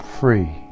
free